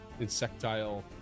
insectile